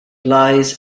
lies